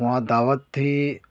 وہاں دعوت تھی